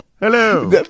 Hello